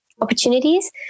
opportunities